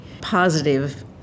positive